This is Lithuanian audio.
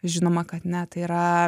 žinoma kad ne tai yra